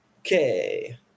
Okay